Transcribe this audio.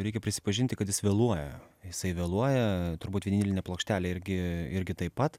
reikia prisipažinti kad jis vėluoja jisai vėluoja turbūt vinilinė plokštelė irgi irgi taip pat